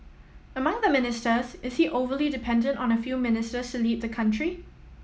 among the ministers is he overly dependent on a few ministers to lead the country